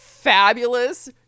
fabulous